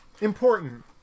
important